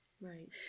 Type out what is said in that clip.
Right